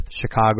Chicago